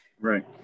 Right